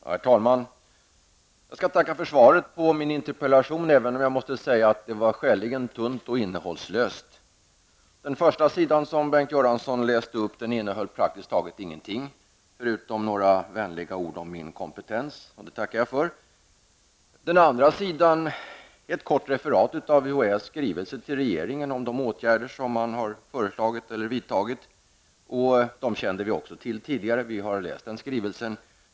Herr talman! Jag skall tacka för svaret på min interpellation, även om jag måste säga att det var skäligen tunt och innehållslöst. Den första delen som Bengt Göransson läste upp innehöll praktiskt taget ingenting, förutom några vänliga ord om min kompetens. Det tackar jag för. Den andra delen innehöll ett kort referat av UHÄs skrivelse till regeringen om de åtgärder som man har föreslagit eller vidtagit. Dessa kände vi också till tidigare. Vi har läst den skrivelsen.